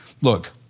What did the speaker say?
Look